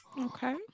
Okay